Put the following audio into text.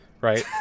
Right